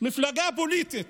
מפלגה פוליטית